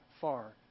far